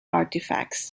artifacts